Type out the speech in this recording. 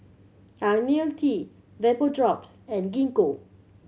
Ionil T Vapodrops and Gingko